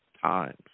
times